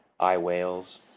iWhales